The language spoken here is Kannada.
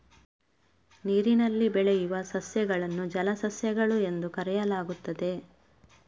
ನೀರಿನಲ್ಲಿ ಬೆಳೆಯುವ ಸಸ್ಯಗಳನ್ನು ಜಲಸಸ್ಯಗಳು ಎಂದು ಕರೆಯಲಾಗುತ್ತದೆ